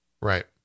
right